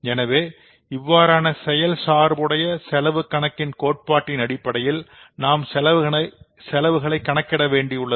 எனவே இவ்வாறான செயல் சார்புடைய செலவு கணக்கின் கோட்பாட்டின் அடிப்படையில் நாம் செலவுகளை கணக்கிட வேண்டியுள்ளது